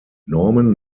norman